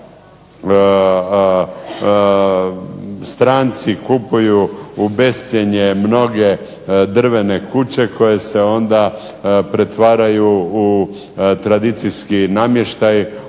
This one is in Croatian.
da stranci kupuju u bescjenje mnoge drvene kuće koje se onda pretvaraju u tradicijski namještaj,